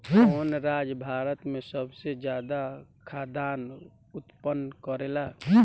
कवन राज्य भारत में सबसे ज्यादा खाद्यान उत्पन्न करेला?